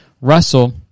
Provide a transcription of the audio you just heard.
Russell